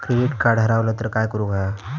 Credit card हरवला तर काय करुक होया?